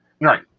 Right